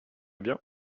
bien